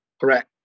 Correct